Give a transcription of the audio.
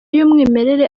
y’umwimerere